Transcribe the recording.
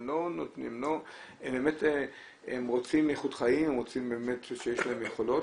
הם רוצים איכות חיים ועם יכולות,